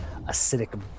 acidic